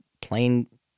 plain